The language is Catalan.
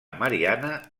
mariana